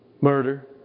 murder